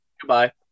Goodbye